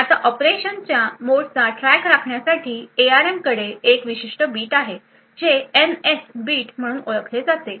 आता ऑपरेशनच्या मोडचा ट्रॅक् राखण्यासाठी एआरएम कडे एक विशिष्ट बीट आहे जे एनएस बिट म्हणून ओळखले जाते